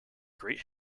great